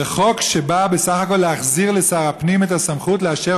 בחוק שבא בסך הכול להחזיר לשר הפנים את הסמכות לאשר